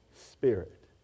Spirit